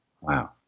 Wow